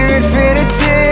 infinity